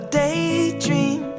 daydream